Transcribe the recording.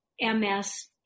MS